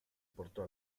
portò